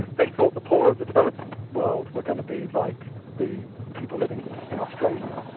they thought the poor of the developing world were going to be like the people living in australia,